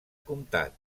comtat